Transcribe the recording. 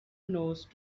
nose